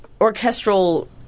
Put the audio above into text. orchestral